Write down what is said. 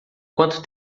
quanto